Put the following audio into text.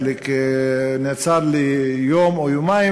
חלק נעצר ליום או יומיים,